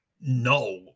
No